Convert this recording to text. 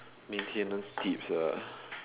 maintenance tips ah